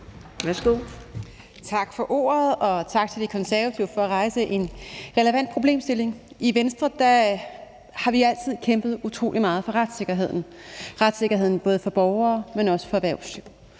(V): Tak for ordet, og tak til Konservative for at rejse en relevant problemstilling. I Venstre har vi altid kæmpet utrolig meget for retssikkerheden for både borgere og erhvervslivet.